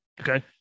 Okay